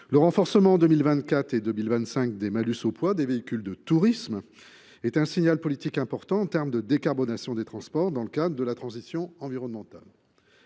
Le renforcement en 2024 et 2025 des malus au poids des véhicules de tourisme est un signal politique important en termes de décarbonation des transports dans le cadre de la transition environnementale.